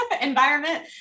environment